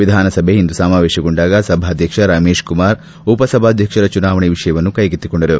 ವಿಧಾನಸಭೆ ಇಂದು ಸಮಾವೇಶಗೊಂಡಾಗ ಸಭಾಧ್ಯಕ್ಷ ರಮೇಶ್ಕುಮಾರ್ ಉಪಸಭಾಧ್ಯಕ್ಷರ ಚುನಾವಣೆ ವಿಷಯವನ್ನು ಕೈಗೆತ್ತಿಕೊಂಡರು